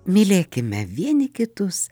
mylėkime vieni kitus